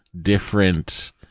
different